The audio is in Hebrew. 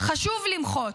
חשוב למחות,